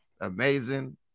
amazing